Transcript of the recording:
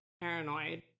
paranoid